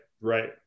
right